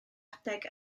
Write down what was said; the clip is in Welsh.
adeg